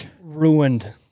ruined